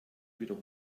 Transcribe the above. wieder